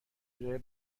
بجای